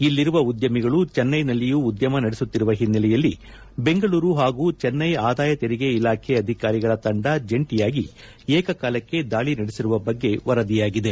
ಇಲ್ಲಿರುವ ಉದ್ಯಮಿಗಳು ಜೆನ್ನೈನಲ್ಲಿಯೂ ಉದ್ಯಮ ನಡೆಸುತ್ತಿರುವ ಹಿನ್ನೈಲೆಯಲ್ಲಿ ಬೆಂಗಳೂರು ಹಾಗೂ ಜೆನ್ನೈ ಆದಾಯ ತೆರಿಗೆ ಇಲಾಖೆ ಅಧಿಕಾರಿಗಳ ತಂಡ ಜಂಟಿಯಾಗಿ ಏಕಕಾಲಕ್ಕೆ ದಾಳಿ ನಡೆಸಿರುವ ಬಗ್ಗೆ ವರದಿಯಾಗಿದೆ